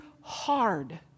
hard